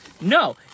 no